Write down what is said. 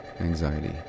anxiety